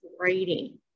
writing